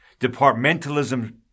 departmentalism